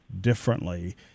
differently